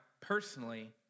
personally